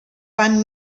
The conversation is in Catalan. van